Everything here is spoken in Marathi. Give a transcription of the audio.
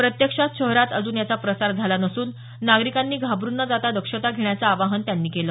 प्रत्यक्षात शहरात अजून याचा प्रसार झाला नसून नागरिकांनी घाबरुन न जाता दक्षता घेण्याचं आवाहन त्यांनी केलं